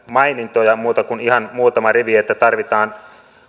mainintoja muuta kuin ihan muutama rivi että tarvitaan